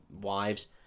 wives